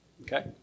Okay